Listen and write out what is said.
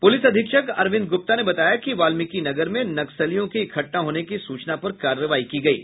police अधीक्षक अरविंद गुप्ता ने बताया कि वाल्मिकीनगर में नक्सलियों के इकट्ठा होने की सूचना पर कार्रवाई की गयी